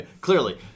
clearly